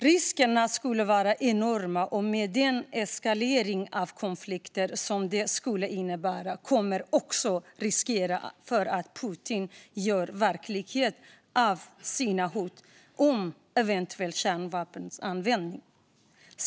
Riskerna skulle vara enorma, och med en eskalering av konflikten kommer också risken att Putin gör verklighet av sina hot om eventuell kärnvapenanvändning.